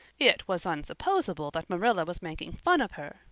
it was unsupposable that marilla was making fun of her,